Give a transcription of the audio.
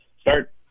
start